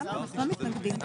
לא מתנגדים.